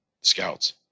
scouts